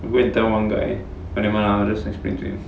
I go and tell one guy but never mind lah just explain to him